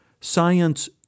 Science